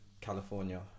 California